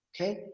Okay